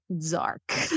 zark